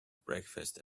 breakfast